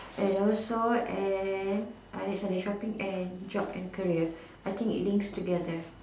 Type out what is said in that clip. and also and shopping and job and career I think it links together